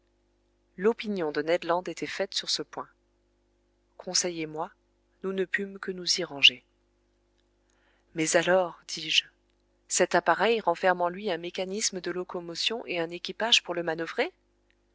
l'opinion de ned land était faite sur ce point conseil et moi nous ne pûmes que nous y ranger mais alors dis-je cet appareil renferme en lui un mécanisme de locomotion et un équipage pour le manoeuvrer